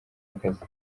akazi